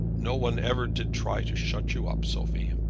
no one ever did try to shut you up, sophie!